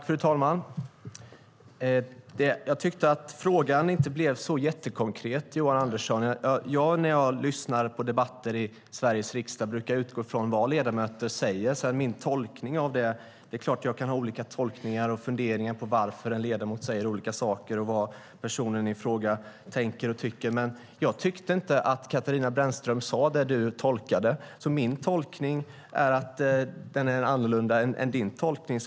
Fru talman! Jag tyckte inte att frågan blev så jättekonkret, Johan Andersson. När jag lyssnar på debatter brukar jag utgå från vad ledamöter säger. Sedan är det klart att jag kan ha olika tolkningar och funderingar om varför en ledamot säger olika saker och vad personen i fråga tänker och tycker, men jag tyckte inte att Katarina Brännström sade det Johan Andersson tolkade det som. Min tolkning är alltså en annan än hans tolkning.